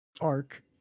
arc